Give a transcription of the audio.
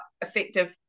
effective